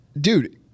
Dude